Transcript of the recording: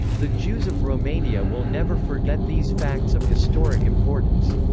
the jews of romania will never forget these facts of historic importance.